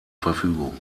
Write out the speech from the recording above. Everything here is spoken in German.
verfügung